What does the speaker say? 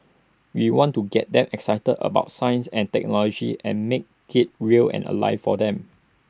we want to get them excited about science and technology and make IT real and alive for them